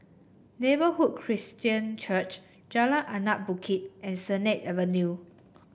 Neighbourhood Christian Church Jalan Anak Bukit and Sennett Avenue